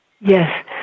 Yes